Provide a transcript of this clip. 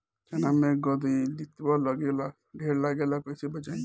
चना मै गधयीलवा लागे ला ढेर लागेला कईसे बचाई?